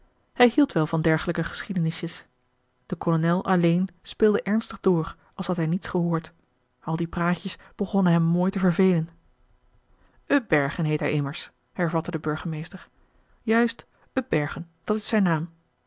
hij hield wel van dergelijke geschiedenisjes de kolonel alleen speelde ernstig door als had hij niets gehoord al die praatjes begonnen hem mooi te vervelen upbergen heet hij immers hervatte de burgemeester marcellus emants een drietal novellen juist upbergen dat is zijn naam